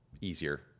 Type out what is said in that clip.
easier